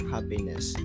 Happiness